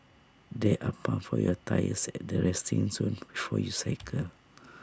there are pumps for your tyres at the resting zone before you cycle